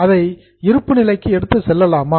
அதை இருப்பு நிலைக்கு எடுத்துச் செல்லலாமா